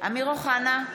אמיר אוחנה,